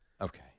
Okay